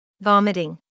Vomiting